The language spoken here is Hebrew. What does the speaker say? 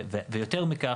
ויותר מכך,